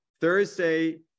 Thursday